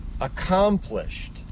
accomplished